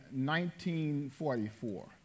1944